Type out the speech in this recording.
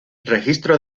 registro